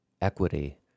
equity